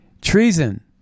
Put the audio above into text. Treason